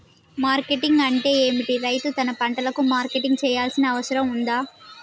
Marketing అంటే ఏమిటి? రైతు తన పంటలకు మార్కెటింగ్ చేయాల్సిన అవసరం ఉందా?